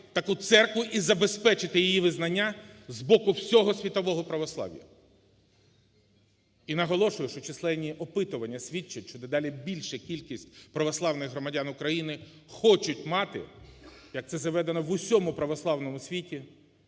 таку церкву і забезпечити її визнання з боку всього світового Православ'я. І наголошую, що численні опитування свідчать, до дедалі більша кількість православних громадян України хочуть мати, як це заведено в усьому православному світі,